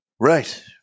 Right